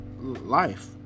life